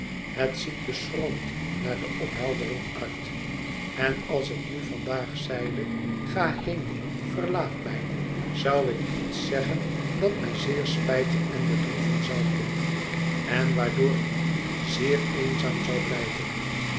het ziet beschroomd naar opheldering uit en als ik nu vandaag zeide ga heen verlaat mij zou ik iets zeggen dat mij zeer spijten en bedroeven zou kind en waardoor ik zeer eenzaam zou blijven